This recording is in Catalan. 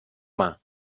mar